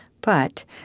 But